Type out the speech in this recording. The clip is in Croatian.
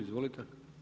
Izvolite.